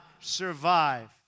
survive